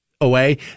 away